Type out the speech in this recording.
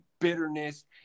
bitterness